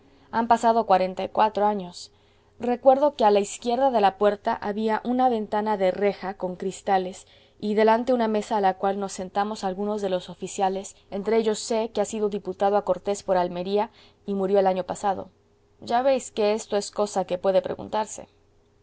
han pasado cuarenta y cuatro años recuerdo que a la izquierda de la puerta había una ventana de reja con cristales y delante una mesa a la cual nos sentamos algunos de los oficiales entre ellos c que ha sido diputado a cortes por almería y murió el año pasado ya veis que esto es cosa que puede preguntarse